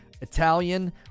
Italian